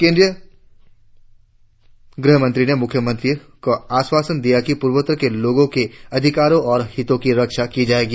केंद्रीय गृह मंत्री ने मुख्यमंत्रियों आश्वासन दिया कि पूर्वोत्तर के लोगों के अधिकारो और हितों की रक्षा की जाएगी